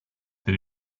then